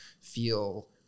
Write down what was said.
feel